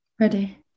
Ready